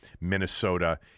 Minnesota